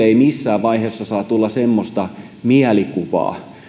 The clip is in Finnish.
ei missään vaiheessa saa tulla semmoista mielikuvaa